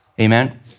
Amen